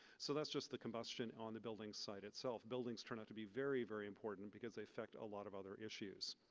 so that's just the combustion on the building site itself. buildings turn out to be very, very important because they affect a lot of other issues.